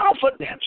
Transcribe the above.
confidence